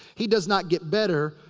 he does not get better.